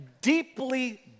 deeply